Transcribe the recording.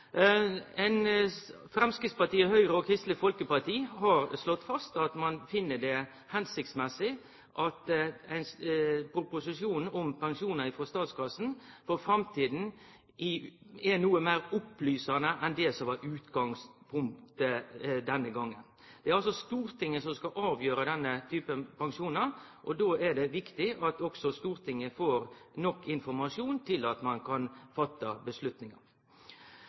Framstegspartiet, Høgre og Kristeleg Folkeparti har slått fast at ein finn det «hensiktsmessig» at proposisjonen om pensjonar frå statskassa for framtida er noko meir opplysande enn det som var utgangspunktet denne gongen. Det er Stortinget som skal avgjere denne type pensjonar, og då er det viktig at også Stortinget får nok informasjon til at ein kan